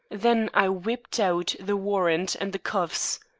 then i whipped out the warrant and the cuffs.